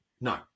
No